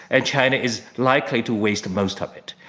and china is likely to waste most of it.